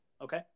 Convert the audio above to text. Okay